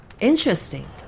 Interesting